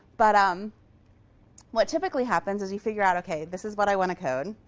but um what typically happens is you figure out ok, this is what i want to code.